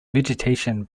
vegetation